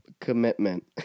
commitment